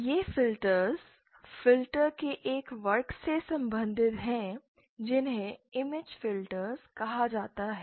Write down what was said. ये filters filter के एक वर्ग से संबंधित हैं जिन्हें इम्मेज फिल्टर्स कहा जाता है